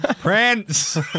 Prince